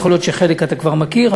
יכול להיות שחלק אתה כבר מכיר,